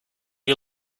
you